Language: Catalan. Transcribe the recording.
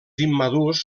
immadurs